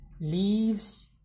leaves